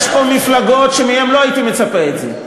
יש פה מפלגות שמהן לא הייתי מצפה את זה,